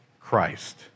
Christ